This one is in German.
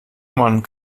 man